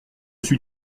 suis